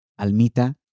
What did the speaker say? Almita